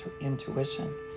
intuition